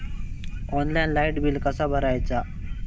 Online light bill कसा भरायचा?